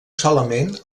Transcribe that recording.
solament